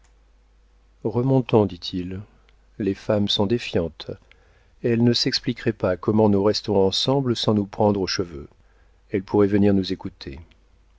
remontons dit-il les femmes sont défiantes elles ne s'expliqueraient pas comment nous restons ensemble sans nous prendre aux cheveux elles pourraient venir nous écouter